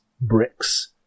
bricks